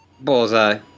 Bullseye